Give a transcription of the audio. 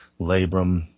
labrum